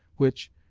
which,